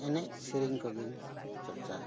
ᱮᱱᱮᱡ ᱥᱮᱨᱮᱧ ᱠᱚᱜᱤᱧ ᱪᱟᱨᱪᱟ ᱟᱠᱟᱱᱟ